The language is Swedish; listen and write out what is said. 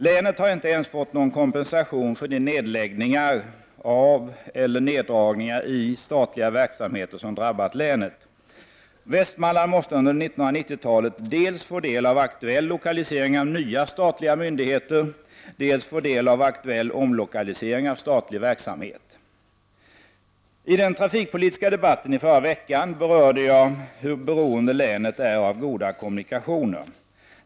Länet har inte ens fått någon kompensation för de nedläggningar av eller neddragningar i statliga verksamheter som drabbat länet. Västmanland måste under 1990-talet dels få del av aktuell lokalisering av nya statliga myndigheter, dels få del av aktuell omlokalisering av statlig verksamhet. I den trafikpolitiska debatten i förra veckan berörde jag hur beroende länet är av goda kommunikationer.